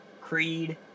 Creed